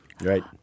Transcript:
Right